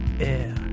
air